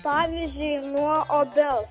pavyzdžiui nuo obels